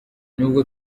nubwo